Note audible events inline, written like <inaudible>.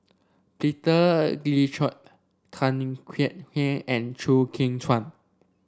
Peter <unintelligible> Tan Kek Hiang and Chew Kheng Chuan